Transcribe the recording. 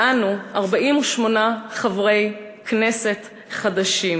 ואנו 48 חברי כנסת חדשים.